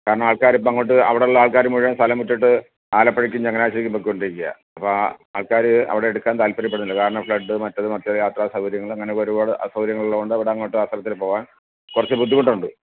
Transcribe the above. കാരണം ആള്ക്കാരിപ്പം അങ്ങോട്ട് അവിടെയുള്ള ആള്ക്കാർ മുഴുവൻ സ്ഥലം വിട്ടിട്ട് ആലപ്പുഴക്കും ചെങ്ങനാശ്ശേരിക്കും പോയിക്കൊണ്ടിരിക്കുകയാ അപ്പം ആള്ക്കാർ അവിടെ എടുക്കാൻ താല്പര്യപ്പെടുന്നില്ല കാരണം ഫ്ലഡ്ഡ് മറ്റേത് മറിച്ചേത് യാത്രാസൗകര്യങ്ങൾ അങ്ങനെ ഒരുപാട് അസൗകര്യങ്ങൾ ഉള്ളതുകൊണ്ട് അവിടെ അങ്ങോട്ട് അത്തരത്തിൽ പോകാന് കുറച്ച് ബുദ്ധിമുട്ടുണ്ട്